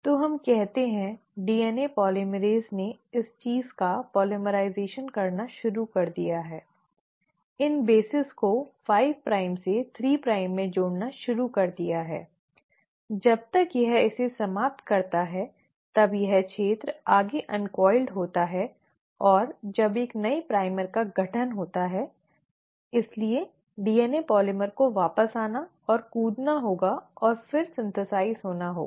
तो हम कहते हैं डीएनए पोलीमरेज़ ने इस चीज़ का पॉलिमराइज़ करना शुरू कर दिया है इन बेस को 5 प्राइम से 3 प्राइम में जोड़ना शुरू कर दिया है जब तक यह इसे समाप्त करता है तब यह क्षेत्र आगे अन्कॉइल्ड होता है और जब एक नए प्राइमर का गठन होता है इसलिए डीएनए बहुलक को वापस आना और कूदना होगा और फिर संश्लेषित होना होगा